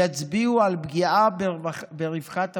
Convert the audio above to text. יצביעו על פגיעה ברווחת הפטמים,